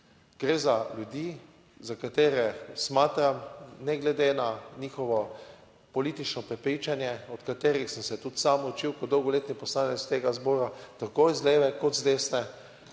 Gre za ljudi, za katere smatram, ne glede na njihovo politično prepričanje, od katerih sem se tudi sam učil kot dolgoletni poslanec tega zbora, tako z leve kot z desne.